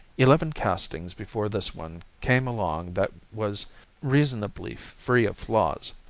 eleven castings before this one came along that was reasonably free of flaws.